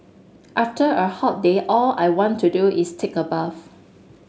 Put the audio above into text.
after a hot day all I want to do is take a bath